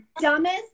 dumbest